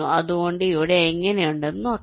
അതുകൊണ്ട് ഇവിടെ എങ്ങനെയുണ്ടെന്ന് നോക്കാം